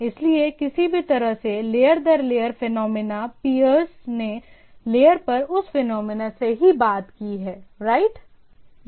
इसलिए किसी भी तरह से लेयर दर लेयर फेनोमिना पीयर्स ने लेयर पर उस फेनोमिना से ही बात की है राइट